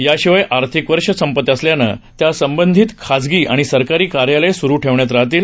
याशिवाय आर्थिक वर्ष संपत असल्यानं त्या संबंधित खाजगी आणि सरकारी कार्यालय सुरु ठेवण्यात राहतील